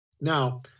Now